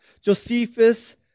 Josephus